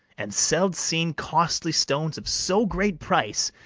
and seld-seen costly stones of so great price,